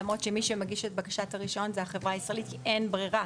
למרות שמי שמגיש את בקשת הרישיון זו החברה הישראלית כי אין ברירה.